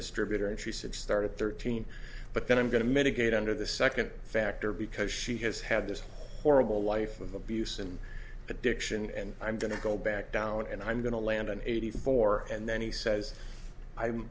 distributor and she said started thirteen but then i'm going to mitigate under the second factor because she has had this horrible life of abuse and addiction and i'm going to go back down and i'm going to land an eighty four and then he says i'm